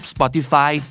Spotify